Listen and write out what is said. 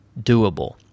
doable